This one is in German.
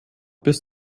bis